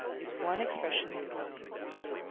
is one expression for the universe.